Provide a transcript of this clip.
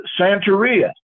Santeria